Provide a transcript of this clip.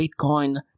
Bitcoin